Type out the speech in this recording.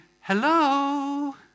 hello